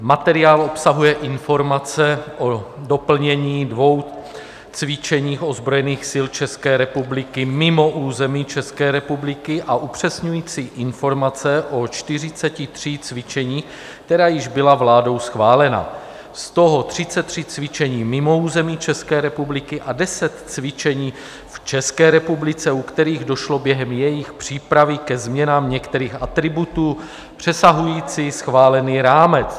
Materiál obsahuje informace o doplnění dvou cvičení ozbrojených sil České republiky mimo území České republiky a upřesňující informace o 43 cvičeních, která již byla vládou schválena, z toho 33 cvičení mimo území České republiky a 10 cvičení v České republice, u kterých došlo během jejich přípravy ke změnám některých atributů přesahujících schválený rámec.